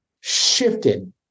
shifted